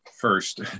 first